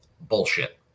bullshit